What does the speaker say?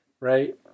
Right